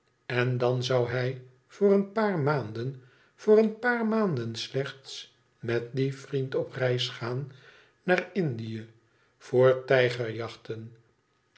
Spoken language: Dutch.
en dan zou hij voor een paar maanden voor een paar maanden slechts met dien vriend op reis gaan naar indie voor